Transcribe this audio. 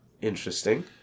Interesting